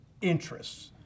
interests